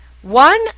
One